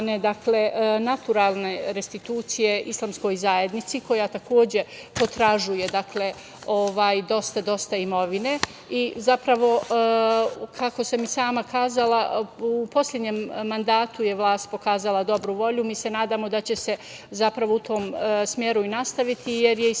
tzv. naturalne restitucije Islamskoj zajednici koja takođe potražuje dosta, dosta imovine. Zapravo, kako sam i sam rekla, u poslednjem mandatu je vlast pokazala dobru volju. Mi se nadamo da će se zapravo u tom smeru nastaviti, jer je i samo